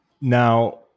now